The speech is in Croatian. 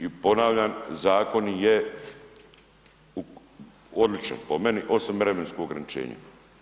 I ponavljam zakon je odličan po meni osim vremenskog ograničenja.